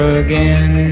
again